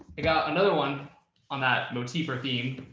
i got another one on that motif or theme